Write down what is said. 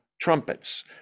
trumpets